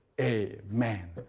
Amen